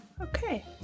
Okay